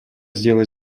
сделаю